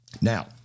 Now